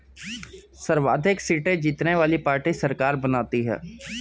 सर्वाधिक सीटें जीतने वाली पार्टी सरकार बनाती है